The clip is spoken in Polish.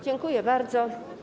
Dziękuję bardzo.